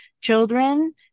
children